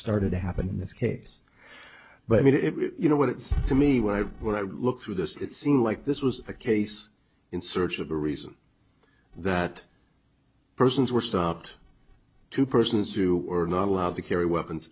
started to happen in this case but i mean you know what it's to me when i when i look through this it seems like this was a case in search of the reason that persons were stopped two persons who were not allowed to carry weapons